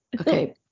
Okay